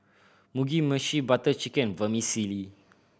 Mugi Meshi Butter Chicken Vermicelli